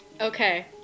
okay